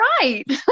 right